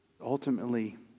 ultimately